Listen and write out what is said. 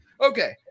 okay